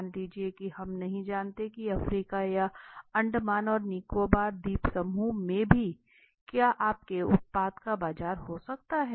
मान लीजिए कि हम नहीं जानते की अफ्रीका या अंडमान और निकोबार द्वीप समूह में भी क्या आपके उत्पाद का बाजार हो सकता हैं